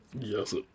Yes